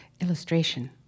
illustration